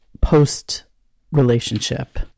post-relationship